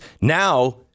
now